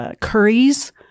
curries